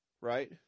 right